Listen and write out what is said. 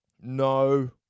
No